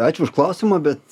ačiū už klausimą bet